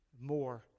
more